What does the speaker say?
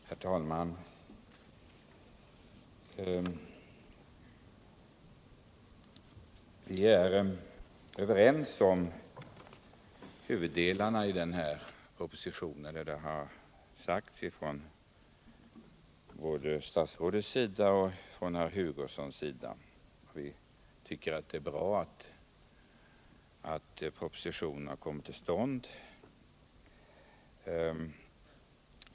Herr talman! Vi är överens om huvuddelarna i den här propositionen, vilket betonats av både statsrådet och Kurt Hugosson. Vi tycker att det är bra att propositionen har kommit till stånd.